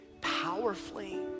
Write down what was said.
powerfully